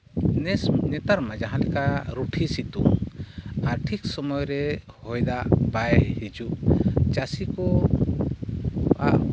ᱱᱮᱥ ᱱᱮᱛᱟᱨ ᱢᱟ ᱡᱟᱦᱟᱸᱞᱮᱠᱟ ᱨᱩᱴᱷᱤ ᱥᱤᱛᱩᱝ ᱟᱨ ᱴᱷᱤᱠ ᱥᱚᱢᱚᱭᱨᱮ ᱦᱚᱭᱫᱟᱜ ᱵᱟᱭ ᱦᱤᱡᱩᱜ ᱪᱟᱹᱥᱤ ᱠᱚᱣᱟᱜ